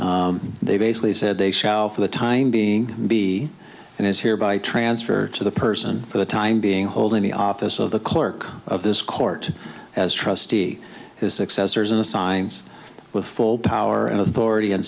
malo they basically said they shall for the time being be and is here by transfer to the person for the time being hold in the office of the clerk of this court as trustee his successors and assigns with full power and authority and